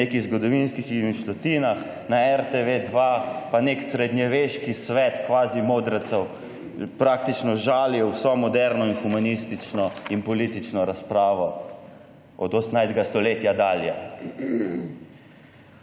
o nekih zgodovinskih izmišljotinah, na RTV 2 pa nek srednjeveški svet kvazi modrecev praktično žalil vso moderno in humanistično ter politično razpravo od 18. stoletja dalje.